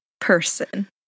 person